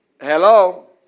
Hello